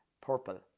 purple